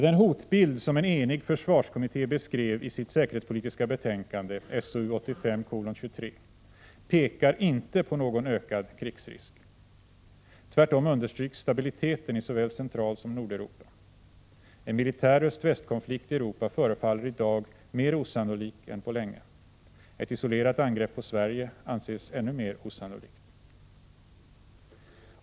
Den hotbild som en enig försvarskommitté beskrev i sitt säkerhetspolitiska betänkande pekar inte på någon ökad krigsrisk. Tvärtom understryks stabiliteten i såväl Centralsom Nordeuropa. En militär öst-väst-konflikt i Europa förefaller i dag mer osannolik än på länge. Ett isolerat angrepp på Sverige anses ännu mer osannolikt.